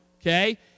okay